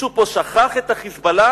מישהו פה שכח שה"חיזבאללה"